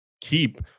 keep